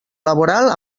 laboral